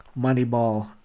Moneyball